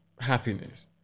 happiness